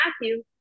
Matthew